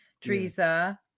Teresa